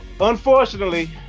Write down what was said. Unfortunately